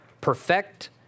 perfect